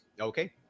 Okay